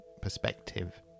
perspective